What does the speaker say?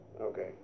Okay